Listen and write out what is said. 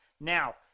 Now